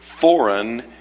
foreign